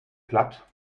platt